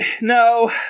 no